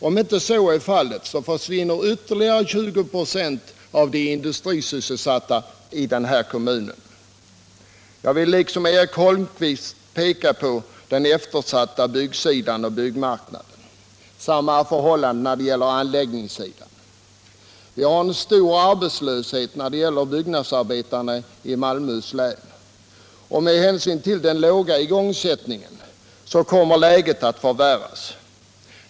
Om så inte är fallet försvinner jobben för ytterligare 20 96 av de industrisysselsatta i den här kommunen. Jag vill liksom Erik Holmqvist peka på den eftersatta byggsidan och anläggningssidan. Arbetslösheten för byggnadsarbetare är stor i Malmöhus län, och med hänsyn till den låga igångsättningen kommer läget att förvärras.